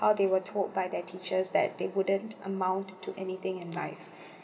how they were told by their teachers that they wouldn't amount to anything in life